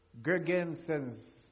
Gergensens